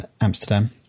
Amsterdam